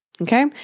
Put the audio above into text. Okay